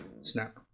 Snap